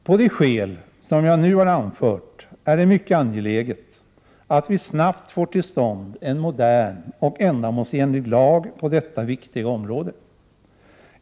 Av de skäl som jag nu har anfört är det mycket angeläget att vi snabbt får till stånd en modern och ändamålsenlig lag på detta viktiga område.